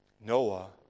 Noah